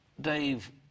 Dave